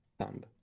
thumb